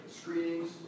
screenings